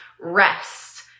rest